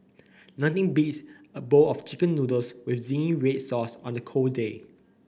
nothing beats a bowl of chicken noodles with zingy red sauce on a cold day